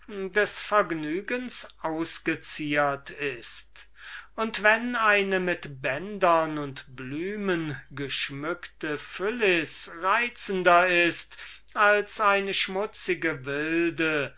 des vergnügens ausgeziert ist und wenn eine mit bändern und blumen geschmückte phyllis reizender ist als eine schmutzige und zottichte wilde